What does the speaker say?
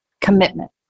commitment